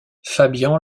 fabian